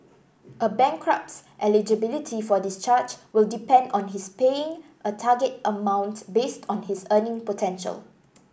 a bankrupt's eligibility for discharge will depend on his paying a target amount based on his earning potential